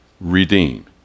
redeem